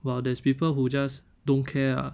while there's people who just don't care ah